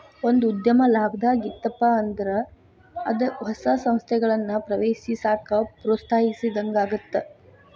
ಒಂದ ಉದ್ಯಮ ಲಾಭದಾಗ್ ಇತ್ತಪ ಅಂದ್ರ ಅದ ಹೊಸ ಸಂಸ್ಥೆಗಳನ್ನ ಪ್ರವೇಶಿಸಾಕ ಪ್ರೋತ್ಸಾಹಿಸಿದಂಗಾಗತ್ತ